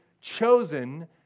chosen